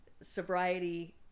sobriety